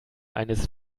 eines